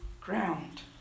ground